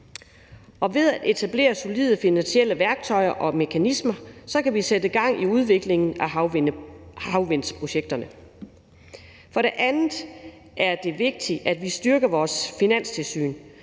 Ved at etablere solide finansielle værktøjer og mekanismer kan vi sætte gang i udviklingen af havvindmølleprojekterne. For det andet er det vigtigt, at vi styrker vores finanstilsyn.